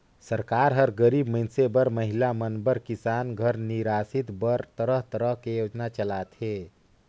सरकार हर गरीब मइनसे बर, महिला मन बर, किसान घर निरासित बर तरह तरह के योजना चलाथे